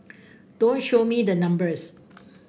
don't show me the numbers